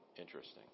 interesting